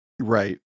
Right